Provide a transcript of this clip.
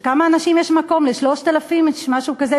לכמה אנשים יש מקום, ל-3,000 איש, משהו כזה?